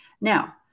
now